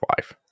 life